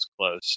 close